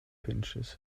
pinches